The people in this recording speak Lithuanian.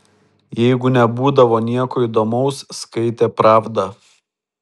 jeigu nebūdavo nieko įdomaus skaitė pravdą